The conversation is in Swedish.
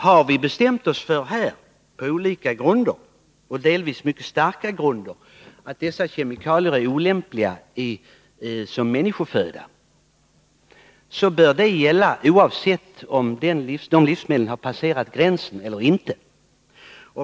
Har vi på olika — och delvis mycket starka — grunder bestämt oss för att dessa kemikalier är olämpliga som människoföda bör det gälla oavsett om livsmedlen har passerat gränsen eller inte.